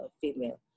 female